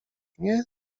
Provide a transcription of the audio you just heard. nie